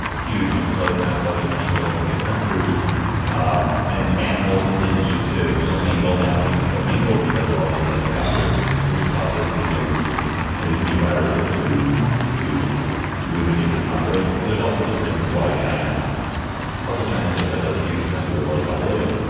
huge inflows and outflows of people into the country ah and animals that didn't used to co-mingle. now being co-mingled because of all these same factors which causes these new these new viruses to to move into human populations. there's all sorts of reasons why china although china just has a huge percent of the world's population.